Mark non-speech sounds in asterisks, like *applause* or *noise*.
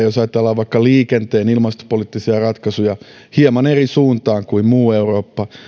*unintelligible* jos ajatellaan vaikka liikenteen ilmastopoliittisia ratkaisuja suomi kulkee pitkälle hieman eri suuntaan kuin muu eurooppa